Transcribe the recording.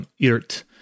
irt